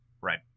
right